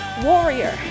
warrior